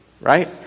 right